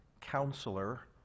counselor